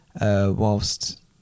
whilst